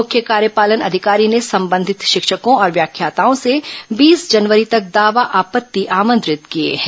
मुख्य कार्यपालन अधिकारी ने संबंधित शिक्षकों और व्याख्याताओं से बीस जनवरी तक दावा आपत्ति आमंत्रित किए हैं